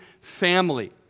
family